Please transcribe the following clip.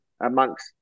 amongst